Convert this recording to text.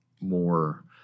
more